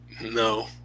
No